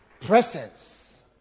presence